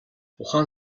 ухаан